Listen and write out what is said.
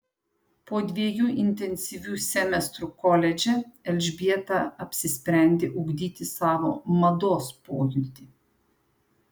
po dviejų intensyvių semestrų koledže elžbieta apsisprendė ugdyti savo mados pojūtį